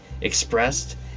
expressed